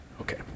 Okay